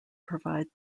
provide